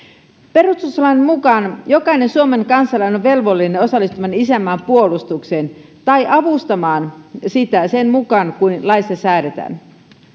perustuslain mukaan jokainen suomen kansalainen on velvollinen osallistumaan isänmaan puolustukseen tai avustamaan sitä sen mukaan kuin laissa säädetään